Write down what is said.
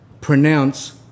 pronounce